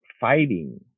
fighting